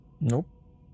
Nope